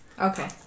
Okay